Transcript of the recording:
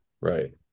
right